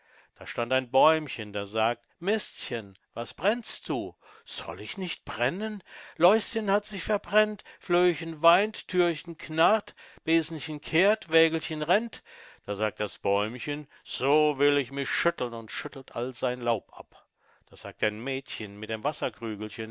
da stand ein bäumchen das sagt mistchen was brennst du soll ich nicht brennen läuschen hat sich verbrennt flöhchen weint thürchen knarrt besenchen kehrt wägelchen rennt da sagt das bäumchen so will ich mich schütteln und schüttelte all sein laub ab da sagt ein mädchen mit dem